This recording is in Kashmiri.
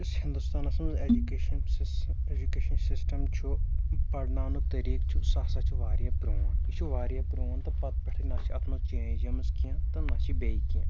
یُس ہِندُستانَس منٛز اٮ۪جُکیشَن سِس اٮ۪جُکیشَن سِسٹَم چھُ پَرناونُک طریٖقہ چھُ سُہ ہسا چھُ واریاہ پرٛون یہِ چھُ واریاہ پرٛون تہٕ پَتہٕ پٮ۪ٹھَے نَہ چھِ اَتھ منٛز چینٛج آمٕژ کیٚنٛہہ تہٕ نَہ چھِ بیٚیہِ کیٚنٛہہ